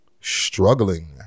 struggling